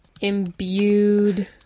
imbued